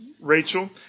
Rachel